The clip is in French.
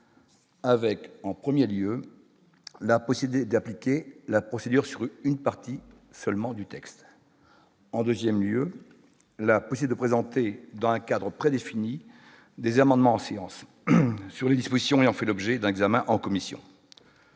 avec en 1er lieu la posséder d'appliquer la procédure sur une partie seulement du texte en 2ème lieu la poussée de présenter dans un cadre pré-défini des amendements en séance sur les dispositions ayant fait l'objet d'un examen en commission.